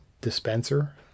dispenser